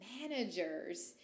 managers